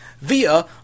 via